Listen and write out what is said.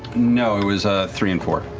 no, it was ah three and four.